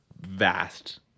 vast